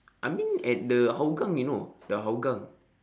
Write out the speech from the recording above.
I mean at the hougang you know the hougang